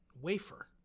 wafer